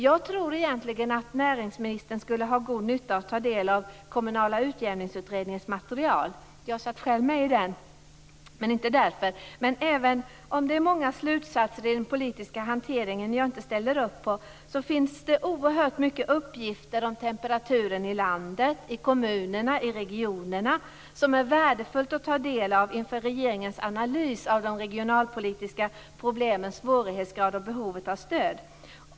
Jag tror egentligen att näringsministern skulle ha god nytta av att ta del av Kommunala utjämningsutredningens material - jag satt själv med där, men det är inte därför som jag säger detta. Även om det är många slutsatser i den politiska hanteringen som jag inte ställer upp på måste jag säga att det finns oerhört mycket uppgifter om "temperaturen" i landet, i kommunerna och i regionerna som det är värdefullt att ta del av inför regeringens analys av de regionalpolitiska problemens svårighetsgrad och behovet av stöd.